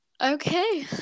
Okay